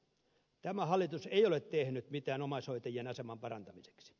tämä hallitus ei ole tehnyt mitään omaishoitajien aseman parantamiseksi